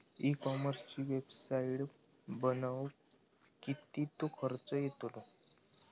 E कॉमर्सची website बनवक किततो खर्च येतलो?